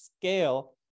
scale